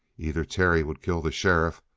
either terry would kill the sheriff,